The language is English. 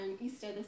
Easter